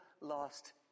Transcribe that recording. lost